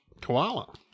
koala